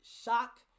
shock